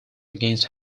against